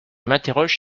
m’interroge